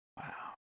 wow